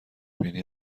بینی